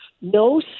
no